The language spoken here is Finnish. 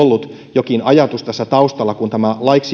jokin ajatus tässä taustalla kun tämä laiksi